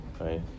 right